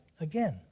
Again